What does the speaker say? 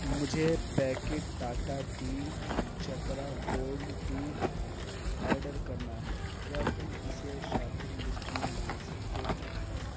مجھے packet Tata tea Chakra gold tea order کرنا ہے کیا تم اسے شاپنگ لسٹ میں ڈال سکتے ہو